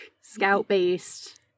scout-based